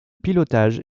pilotage